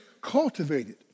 cultivated